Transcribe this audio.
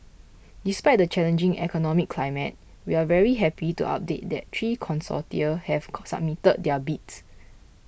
despite the challenging economic climate we're very happy to update that three consortia have submitted their bids